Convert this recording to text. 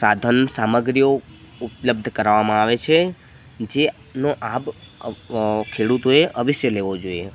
સાધન સામગ્રીઓ ઉપલબ્ધ કરાવામાં આવે છે જેનો આપ ખેડૂતોએ અવશ્ય લેવો જોઈએ